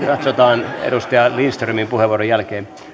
se katsotaan ministeri lindströmin puheenvuoron jälkeen